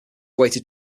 awaited